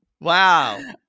Wow